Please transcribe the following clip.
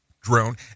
drone